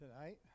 tonight